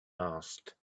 asked